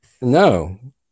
No